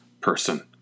person